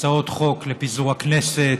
הצעות חוק לפיזור הכנסת,